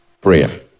prayer